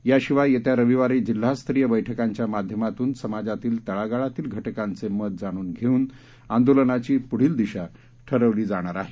याशिवाय येत्या रविवारी जिल्हास्तरीय बैठकांच्या माध्यमातून समाजातील तळागाळातील घटकांचे मत जाणून घेऊन आंदोलनाची पुढील दिशा ठरवली जाणार आहे